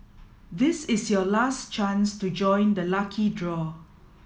this is your last chance to join the lucky draw